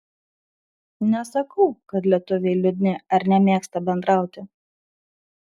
nesakau kad lietuviai liūdni ar nemėgsta bendrauti